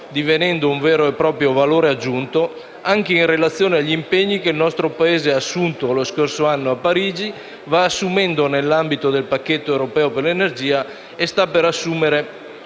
divenendo un vero e proprio valore aggiunto, anche in relazione agli impegni che il nostro Paese ha assunto lo scorso anno a Parigi, va assumendo nell’ambito del pacchetto europeo dell’energia e sta per assumere